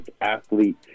athlete